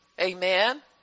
amen